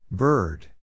Bird